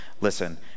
Listen